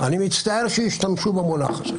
אני מצטער שהשתמשו במונח הזה.